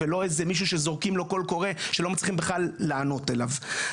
ולא איזה מישהו שזורקים לו קול קורא שלא מצליחים בכלל לענות לו.